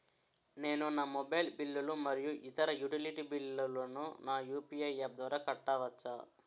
నేను నా మొబైల్ బిల్లులు మరియు ఇతర యుటిలిటీ బిల్లులను నా యు.పి.ఐ యాప్ ద్వారా కట్టవచ్చు